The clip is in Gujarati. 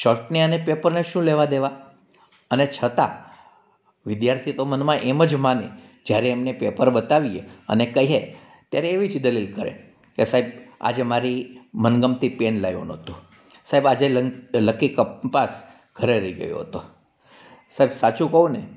શર્ટને અને પેપરને શું લેવા દેવા અને છતાં વિદ્યાર્થી તો મનમાં એમ જ માને જ્યારે એમને પેપર બતાવીએ અને કહીએ ત્યારે એવી જ દલીલ કરે કે સાહેબ આજે મારી મનગમતી પેન લાવ્યો નહોતો સાહેબ આજે લક્કી કંપાસ ઘરે રહી ગયો હતો સાહેબ સાચું કહું ને